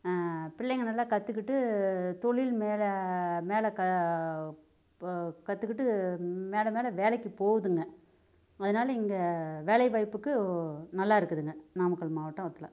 பிள்ளைங்கள் நல்லா கத்துக்கிட்டு தொழில் மேலே மேலே க போ கத்துக்கிட்டு மேலே மேலே வேலைக்கு போகுதுங்க அதனால இங்கே வேலைவாய்ப்புக்கு நல்லா இருக்குதுங்க நாமக்கல் மாவட்டத்தில்